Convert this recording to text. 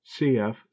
CF